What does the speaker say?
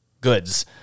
goods